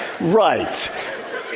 right